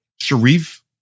Sharif